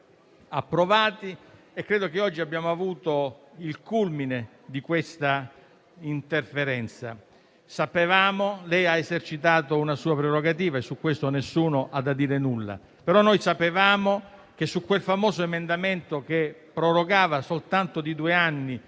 passato, ma credo che oggi abbiamo raggiunto il culmine di questa interferenza. Lei ha esercitato una sua prerogativa, e su questo nessuno ha da dire nulla, però sapevamo che su quel famoso emendamento che prorogava soltanto di due anni